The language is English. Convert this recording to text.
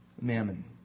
mammon